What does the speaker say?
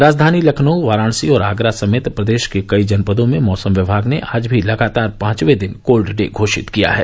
राजधानी लखनऊ वाराणसी और आगरा समेत प्रदेश के कई जनपदों में मौसम विमाग ने आज भी लगातार पांचवे दिन कोल्ड डे घोषित किया है